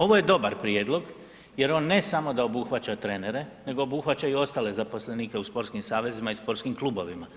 Ovo je dobar prijedlog jer on ne samo da obuhvaća trenere nego obuhvaća i ostale zaposlenike u sportskim savezima i u sportskim klubovima.